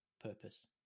purpose